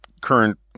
current